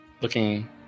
looking